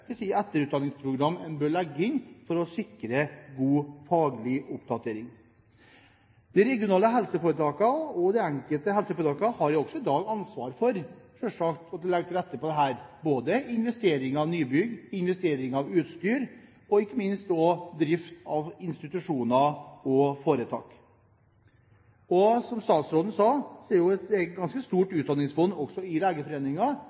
de enkelte helseforetakene har også i dag selvsagt ansvar for å legge til rette for dette, både investering av nybygg, investering av utstyr og ikke minst også drift av institusjoner og foretak. Som statsråden sa, er det et ganske stort utdanningsfond også i